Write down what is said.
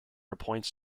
appoints